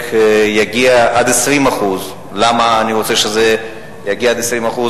יגיע עד 20%. למה אני רוצה שזה יגיע עד 20%?